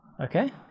Okay